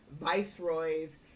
viceroys